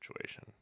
situation